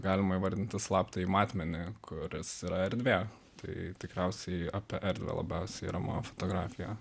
galima įvardinti slaptąjį matmenį kuris yra erdvė tai tikriausiai apie erdvę labiausiai yra mano fotografija